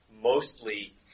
mostly